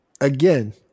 Again